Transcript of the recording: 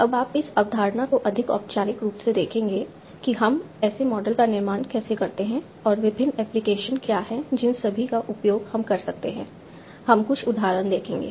अब आप इस अवधारणा को अधिक औपचारिक रूप से देखेंगे कि हम ऐसे मॉडल का निर्माण कैसे करते हैं और विभिन्न एप्लीकेशन क्या हैं जिन सभी का उपयोग हम कर सकते हैं हम कुछ उदाहरण देखेंगे